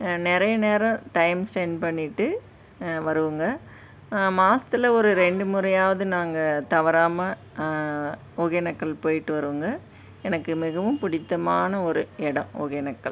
நிறைய நேரம் time spent பண்ணிவிட்டு வருவோங்க மாதத்துல ஒரு ரெண்டு முறையாவது நாங்கள் தவறாமல் ஒகேனக்கல் போயிட்டு வருவோங்க எனக்கு மிகவும் பிடித்தமான ஒரு இடம் ஒகேனக்கல்